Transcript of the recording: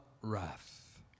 wrath